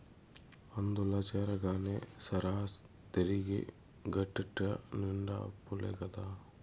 అందుల చేరగానే సరా, తిరిగి గట్టేటెట్ట నిండా అప్పులే కదా